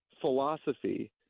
philosophy